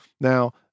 Now